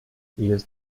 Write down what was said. jest